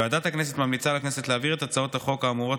ועדת הכנסת ממליצה לכנסת להעביר את הצעות החוק האמורות